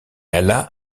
alla